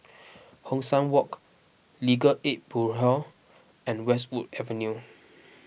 Hong San Walk Legal Aid Bureau and Westwood Avenue